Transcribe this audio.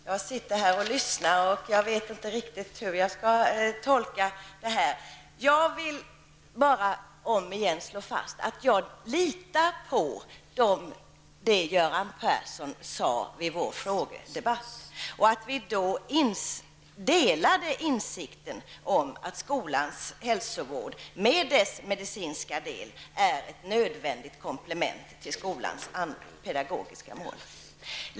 Fru talman! Jag har lyssnat till debatten. Men jag vet inte riktigt vilken tolkning jag skall göra. Återigen slår jag emellertid fast att jag litar på det som Göran Persson har sagt i den frågedebatt som vi har haft. Vi delade då uppfattningen att skolans hälsovård med sin medicinska del är ett nödvändigt komplement till skolans pedagogiska mål.